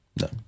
no